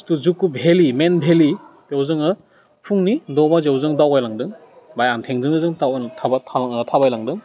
जितु जुक' भेलि मेन भेलि बेयाव जोङो फुंनि द' बाजियाव जों दावगायलांदों बाय आथिंजोंनो जों थाबायलांदों